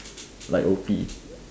like O_P